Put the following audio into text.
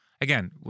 Again